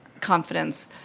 confidence